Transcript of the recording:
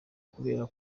kubera